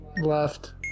left